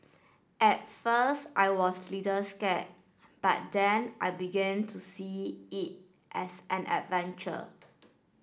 at first I was little scared but then I began to see it as an adventure